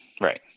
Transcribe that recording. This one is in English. right